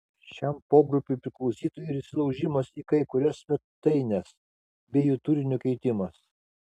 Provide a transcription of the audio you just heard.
šiam pogrupiui priklausytų ir įsilaužimas į kai kurias svetaines bei jų turinio keitimas